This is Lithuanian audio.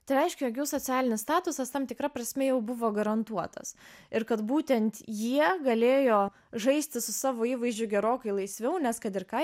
tai reiškia jog jų socialinis statusas tam tikra prasme jau buvo garantuotas ir kad būtent jie galėjo žaisti su savo įvaizdžiu gerokai laisviau nes kad ir ką